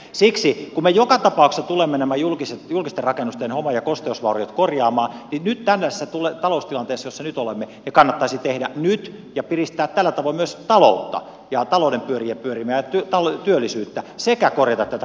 siksi kun me joka tapauksessa tulemme nämä julkisten rakennusten home ja kosteusvauriot korjaamaan niin nyt tämmöisessä taloustilanteessa jossa nyt olemme kannattaisi tehdä ne nyt ja piristää tällä tavoin myös taloutta ja työllisyyttä saada talouden pyörät pyörimään sekä korjata tätä kansanterveysongelmaa